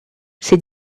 ses